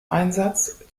einsatz